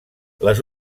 les